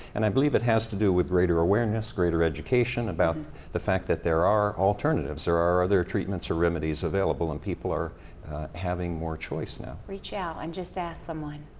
and i believe it has to do with greater awareness, greater education, about the fact that there are alternatives. there are other treatments or remedies available and people are having more choice now. reach out. and just ask someone.